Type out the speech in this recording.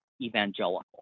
evangelical